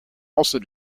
also